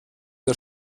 der